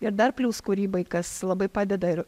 ir dar plius kūrybai kas labai padeda ir